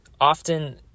often